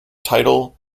title